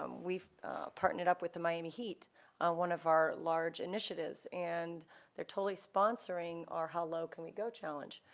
um we've partnered up with the miami heat, on one of our large initiatives, and they're totally sponsoring our how low can we go? challenge,